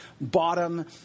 bottom